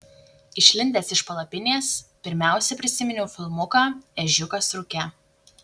išlindęs iš palapinės pirmiausia prisiminiau filmuką ežiukas rūke